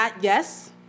yes